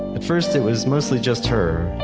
at first, it was mostly just her.